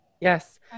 Yes